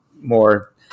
more